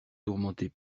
tourmentez